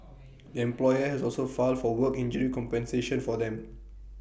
the employer has also filed for work injury compensation for them